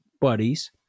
buddies